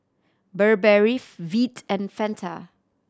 Burberry Veet and Fanta